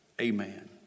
Amen